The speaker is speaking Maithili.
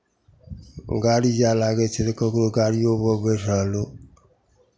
गाड़ी जाय लागै छै तऽ ककरो गाड़िओपर बैठ रहलहुँ